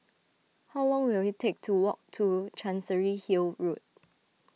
how long will it take to walk to Chancery Hill Road